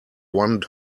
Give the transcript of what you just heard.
one